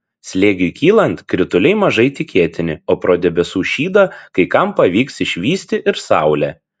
slėgiui kylant krituliai mažai tikėtini o pro debesų šydą kai kam pavyks išvysti ir saulę